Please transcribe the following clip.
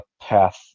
path